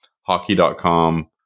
hockey.com